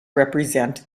represent